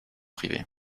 privées